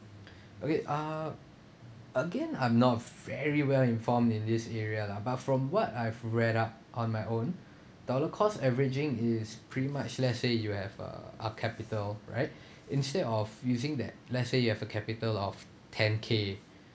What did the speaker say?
okay uh again I'm not very well-informed in this area lah but from what I've read up on my own dollar cost averaging is pretty much let's say you have uh a capital right instead of using that let's say you have a capital of ten k